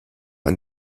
ein